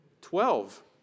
Twelve